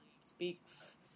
speaks